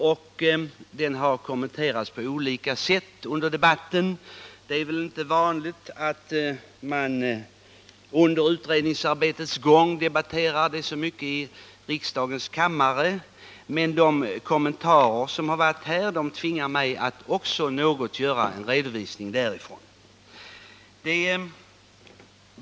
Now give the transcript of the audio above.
Den utredningen har kommenterats på olika sätt under debatten. Det är väl inte vanligt att en fråga under utredningsarbetets gång diskuteras så mycket i riksdagens kammare, men de kommentarer som gjorts tvingar mig att något redovisa utredningens arbete.